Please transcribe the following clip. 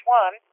one